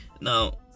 Now